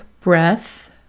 breath